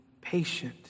patient